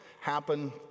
happen